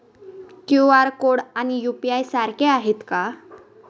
QR code आणि UPI सारखे आहेत का?